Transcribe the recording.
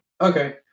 okay